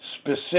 specific